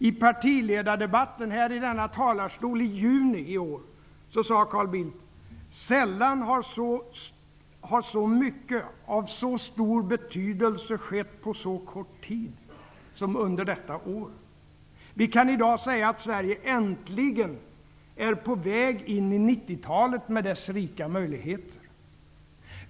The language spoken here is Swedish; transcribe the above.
I partiledardebatten, i denna talarstol, i juni i år sade Carl Bildt: Sällan har så mycket av så stor betydelse skett på så kort tid, som under detta år. Vi kan i dag säga att Sverige äntligen är på väg in i 90-talet, med dess rika möjligheter.